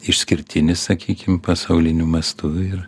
išskirtinis sakykim pasauliniu mastu ir